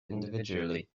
individually